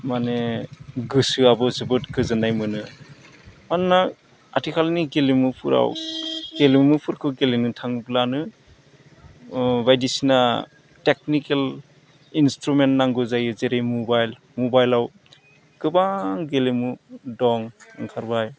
माने गोसोआबो जोबोद गोजोननाय मोनो मानोना आथिखालनि गेलेमुफोराव गेलेमुफोरखौ गेलेनो थांब्लानो बायदिसिना टेकनिकेल इन्सट्रुमेन्ट नांगौ जायो जेरै मबाइल मबाइलआव गोबां गेलेमु दं ओंखारबाय